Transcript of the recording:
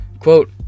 quote